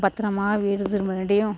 பத்திரமா வீடு திரும்பங்காட்டியும்